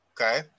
Okay